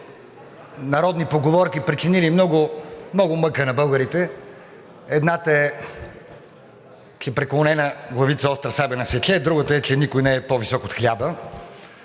народни поговорки, причинили много мъка на българите. Едната е, че преклонена главица – остра сабя не сече, а другата е, че никой не е по-висок от хляба.